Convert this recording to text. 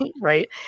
Right